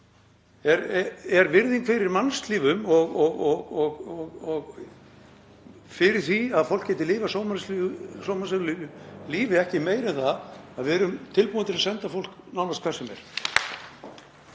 Er virðing fyrir mannslífum og fyrir því að fólk geti lifað sómasamlegu lífi ekki meiri en það að við erum tilbúin til að senda fólk nánast hvert sem